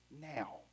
now